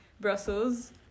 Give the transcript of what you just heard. brussels